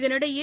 இதனிடையே